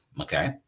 okay